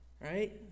right